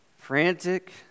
Frantic